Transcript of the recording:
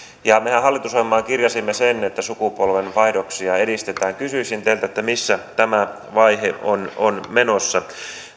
mehän hallitusohjelmaan kirjasimme sen että sukupolvenvaihdoksia edistetään kysyisin teiltä missä tämä vaihe on on menossa